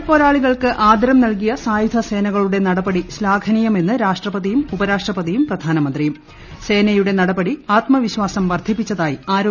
Covid പോരാളികൾക്ക് ആദരം നൽകിയ സായുധസേനകളുള്ള നടപടി ശ്ലാഘനീയമെന്ന് രാഷ്ട്രപതിയും ഉപർാഷ്ട്രപതിയും പ്രധാനമന്ത്രിയും സേനയുടെ നടപടി ആത്മവിശ്വാസം വർധിപ്പിച്ചതായി ആരോഗ്യപ്രവർത്തകർ